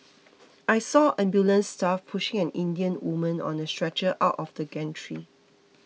I saw ambulance staff pushing an Indian woman on a stretcher out of the gantry